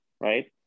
right